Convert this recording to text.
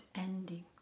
ending